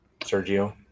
Sergio